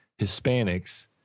Hispanics